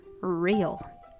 real